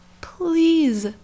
please